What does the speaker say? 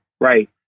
right